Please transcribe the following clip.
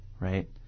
right